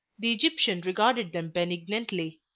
the egyptian regarded them benignantly,